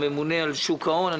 הממונה על שוק ההון,